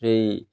ସେଇ